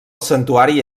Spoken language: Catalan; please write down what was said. santuari